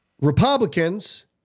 Republicans